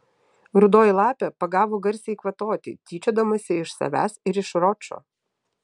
rudoji lapė pagavo garsiai kvatoti tyčiodamasis iš savęs ir iš ročo